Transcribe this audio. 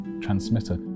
transmitter